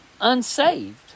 unsaved